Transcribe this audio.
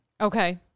Okay